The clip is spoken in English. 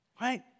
Right